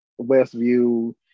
Westview